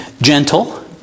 gentle